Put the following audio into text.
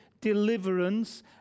deliverance